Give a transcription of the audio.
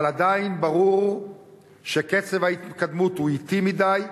עדיין ברור שקצב ההתקדמות הוא אטי מדי,